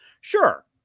sure